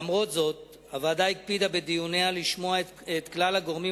למרות זאת הוועדה הקפידה בדיוניה לשמוע את כלל הגורמים